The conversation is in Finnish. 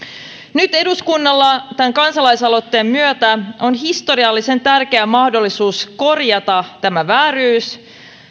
nyt eduskunnalla tämän kansalaisaloitteen myötä on historiallisen tärkeä mahdollisuus korjata tämä vääryys